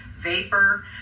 vapor